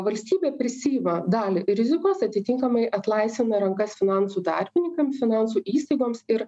valstybė prisiima dalį rizikos atitinkamai atlaisvina rankas finansų tarpininkam finansų įstaigoms ir